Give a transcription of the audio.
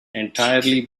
entirely